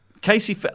Casey